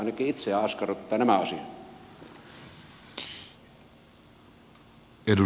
ainakin itseä askarruttavat nämä asiat